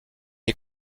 est